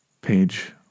Page